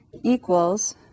equals